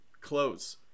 close